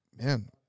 Man